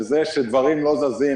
שהדברים לא זזים,